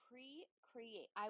pre-create